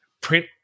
print